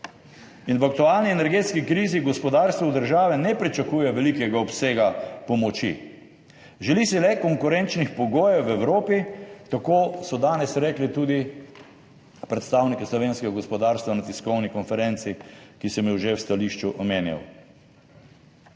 V aktualni energetski krizi gospodarstvo od države ne pričakuje velikega obsega pomoči. Želi si le konkurenčnih pogojev kot so v Evropi, tako so danes rekli tudi predstavniki slovenskega gospodarstva na tiskovni konferenci, ki sem jo že v stališču omenjal.